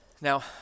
Now